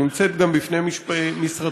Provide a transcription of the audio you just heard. שנמצאת גם בפני משרדכם,